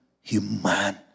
human